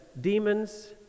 demons